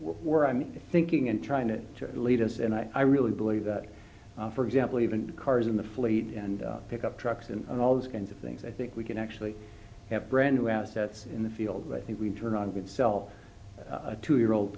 we're i'm thinking and trying to lead us and i really believe that for example even the cars in the fleet and pickup trucks and all those kinds of things i think we can actually have brand new assets in the field but i think we'd turn on would sell a two year old